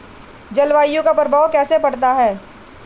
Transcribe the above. जलवायु का प्रभाव कैसे पड़ता है?